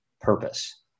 purpose